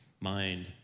mind